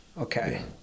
Okay